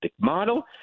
model